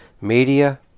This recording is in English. Media